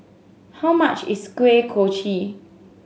how much is Kuih Kochi